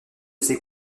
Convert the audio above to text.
ses